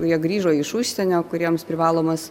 jie grįžo iš užsienio kuriems privalomas